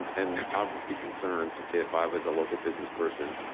and i would be concerned if i was a local business person,